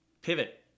Pivot